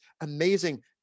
amazing